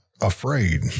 afraid